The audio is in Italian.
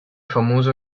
famosa